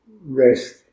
rest